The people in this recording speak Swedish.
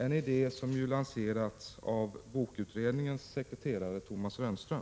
— en idé som lanserats av bokutredningens sekreterare Thomas Rönnström.